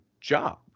job